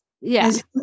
Yes